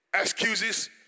excuses